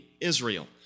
Israel